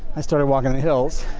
i started walking the hills.